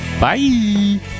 bye